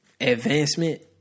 advancement